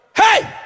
Hey